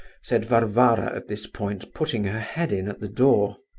said varvara at this point, putting her head in at the door.